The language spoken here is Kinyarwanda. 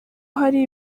hari